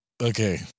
Okay